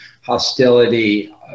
hostility